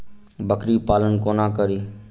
बकरी पालन कोना करि?